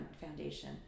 foundation